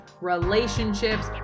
relationships